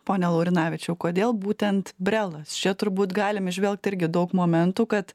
pone laurinavičiau kodėl būtent brelas čia turbūt galim įžvelgti irgi daug momentų kad